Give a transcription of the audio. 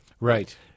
Right